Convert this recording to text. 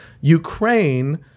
Ukraine